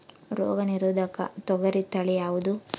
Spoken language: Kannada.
ರೋಗ ನಿರೋಧಕ ತೊಗರಿ ತಳಿ ಯಾವುದು?